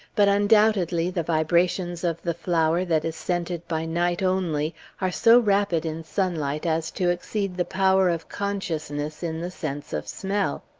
but undoubtedly the vibrations of the flower that is scented by night only are so rapid in sunlight as to exceed the power of consciousness in the sense of smell.